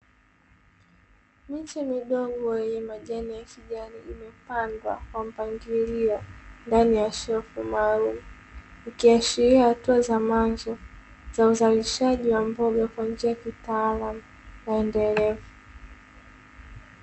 Miti midogo yenye rangi ya kijani imepandwa kwa mpangilio maalumu ndani ya shefu rafu maalumu ikiashiria hatua za mwanzo za uzalishaji wa mboga kwa njia ya kitaalamu ya maendeleo.